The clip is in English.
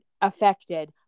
affected